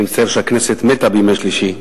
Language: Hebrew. אני מצטער שהכנסת מתה בימי שלישי,